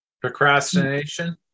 procrastination